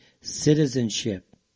citizenship